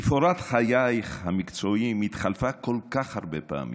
תפאורת חייך המקצועיים התחלפה כל כך הרבה פעמים,